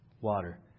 water